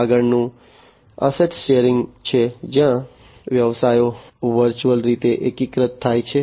આગળનું asset sharing model છે જ્યાં વ્યવસાયો વર્ચ્યુઅલ રીતે એકીકૃત થાય છે